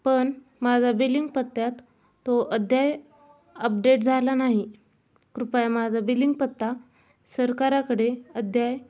पण माझा बिलिंग पत्त्यात तो अद्याय अपडेट झाला नाही कृपया माझा बिलिंग पत्ता सरकाराकडे अद्याय